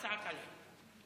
הצעת החוק הזאת,